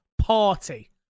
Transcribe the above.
party